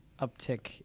uptick